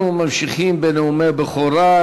אנחנו ממשיכים בנאומי בכורה.